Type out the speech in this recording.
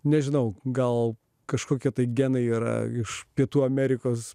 nežinau gal kažkokia tai genai yra iš pietų amerikos